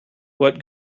what